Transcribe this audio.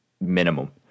minimum